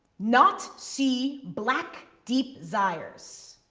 not, see, black, deep, sires.